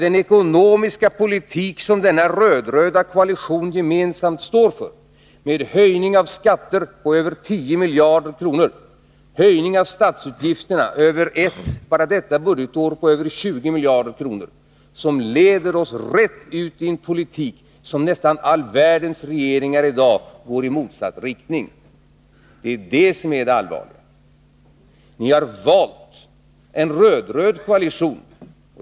Den ekonomiska politik som denna röd-röda koalition gemensamt står för innebär höjning av skatter med över 10 miljarder kronor och höjning av statsutgifterna bara detta budgetår med över 20 miljarder kronor. Detta leder oss rätt ut i en politik om vilken man kan säga att nästan alla världens regeringar i dag går i motsatt riktning. Det är detta som är det allvarliga. Ni har valt en röd-röd koalition.